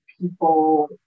people